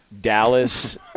Dallas